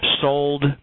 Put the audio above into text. sold